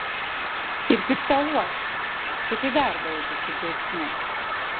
ir piktą uošvę kad į darbą eitų su džiaugsmu